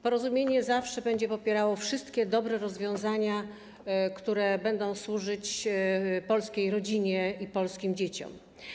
Porozumienie zawsze będzie popierało wszystkie dobre rozwiązania, które będą służyć polskiej rodzinie i polskim dzieciom.